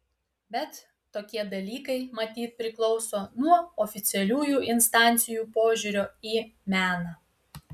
bet tokie dalykai matyt priklauso nuo oficialiųjų instancijų požiūrio į meną